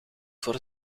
voor